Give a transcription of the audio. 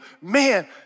man